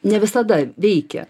ne visada veikia